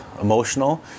emotional